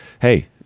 Hey